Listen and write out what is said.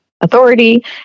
authority